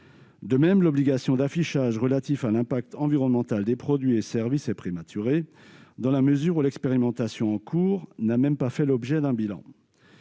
De même, l'obligation d'affichage de l'impact environnemental des produits et services est prématurée dans la mesure où l'expérimentation en cours n'a même pas fait l'objet d'un bilan.